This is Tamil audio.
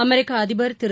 அமெிக்க அதிபர் திரு